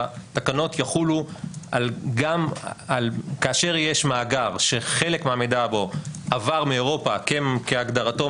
שהתקנות יחולו גם על כאשר יש מאגר שחלק מהמידע בו עבר מאירופה כהגדרתו,